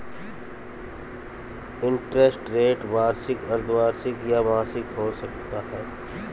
interest rate वार्षिक, अर्द्धवार्षिक या मासिक हो सकता है